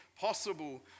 possible